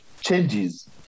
changes